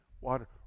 water